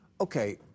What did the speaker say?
Okay